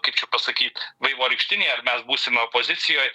kaip čia pasakyt vaivorykštinėje ar mes būsime opozicijoj